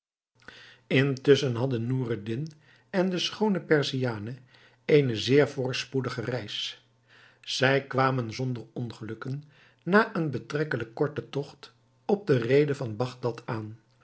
intusschen hadden noureddin en de schoone perziane eene zeer voorspoedige reis zij kwamen zonder ongelukken na een betrekkelijk korten togt op de reede van bagdad aan